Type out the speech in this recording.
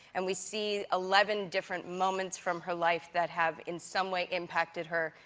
and we see eleven different moments from her life that have in some way impacted her,